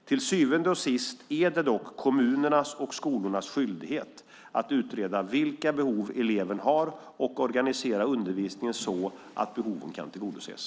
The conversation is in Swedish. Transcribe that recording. Till syvende och sist är det dock kommunernas och skolornas skyldighet att utreda vilka behov eleven har och organisera undervisningen så att behoven kan tillgodoses.